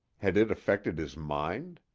had it affected his mind?